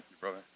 brother